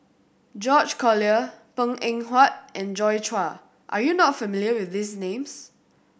George Collyer Png Eng Huat and Joi Chua are you not familiar with these names